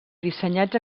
dissenyats